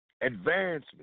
advancement